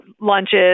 lunches